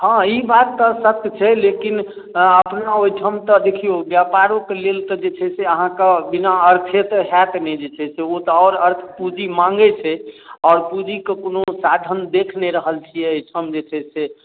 हाँ ई बात तऽ सत्य छै लेकिन अपना ओहिठाम तऽ देखियौ व्यापारो कऽ लेल तऽ जे छै से अहाँक बिना अर्थे तऽ होयत नहि जे छै से ओ तऽ आओर अर्थ पूँजी माँगैत छै आओर पूँजी कऽ कोनो साधन देखि नहि रहल छी एहिठाम जे छै से